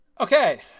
Okay